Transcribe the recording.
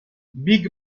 big